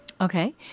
Okay